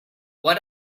what